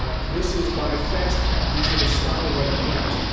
ah this is by fast cap, these are the stileright clamps.